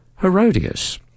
Herodias